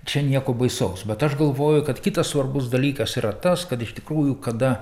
čia nieko baisaus bet aš galvoju kad kitas svarbus dalykas yra tas kad iš tikrųjų kada